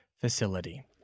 facility